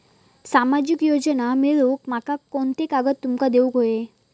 सामाजिक योजना मिलवूक माका कोनते कागद तुमका देऊक व्हये?